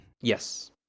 Yes